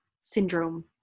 syndrome